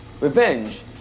revenge